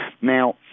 Now